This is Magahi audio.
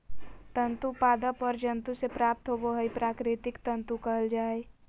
तंतु पादप और जंतु से प्राप्त होबो हइ प्राकृतिक तंतु कहल जा हइ